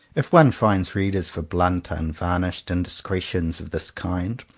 if one finds readers for blunt, unvarnished indiscretions of this kind,